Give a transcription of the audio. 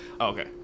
Okay